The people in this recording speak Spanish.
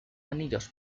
anillos